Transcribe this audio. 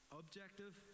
objective